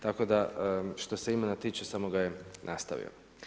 Tako da što se imena tiče samo ga je nastavio.